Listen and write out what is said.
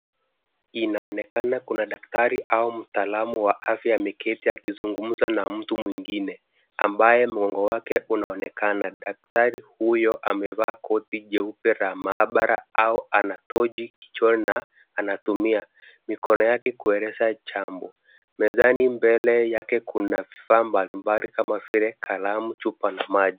Inaonekana kuna daktari au mtaalamu wa afya ameketi akizungumza na mtu mwingine, ambaye mwongo wake unaonekana. Daktari huyo amevaa koti jeupe la maabara au ana tochi kichwani na anatumia mikono yake kueleza jambo. Mezani mbele yake kuna vifaa mbalimbali kama vile; kalamu, chupa na maji.